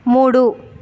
మూడు